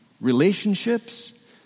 relationships